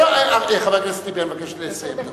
חבר הכנסת טיבי, אני מבקש לסיים.